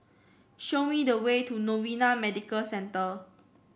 show me the way to Novena Medical Centre